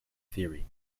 theory